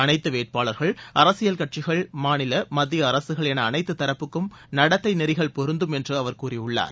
அனைத்துவேட்பாளர்கள் அரசியல் கட்சிகள் மாநில மத்தியஅரசுகள் எனஅனைத்துதரப்புக்கும் நடத்தைநெறிகள் பொருந்தும் என்றுஅவர் கூறியுள்ளார்